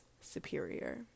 superior